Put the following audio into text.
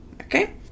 Okay